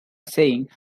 saying